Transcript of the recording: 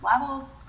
levels